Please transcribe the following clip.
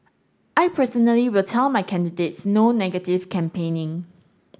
I personally will tell my candidates no negative campaigning